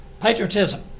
Patriotism